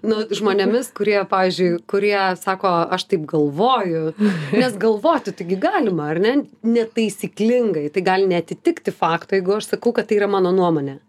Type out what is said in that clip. nu žmonėmis kurie pavyzdžiui kurie sako aš taip galvoju nes galvoti taigi galima ar ne netaisyklingai tai gali neatitikti fakto jeigu aš sakau kad tai yra mano nuomonė